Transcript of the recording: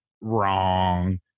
wrong